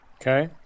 Okay